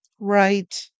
Right